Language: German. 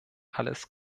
alles